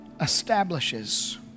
establishes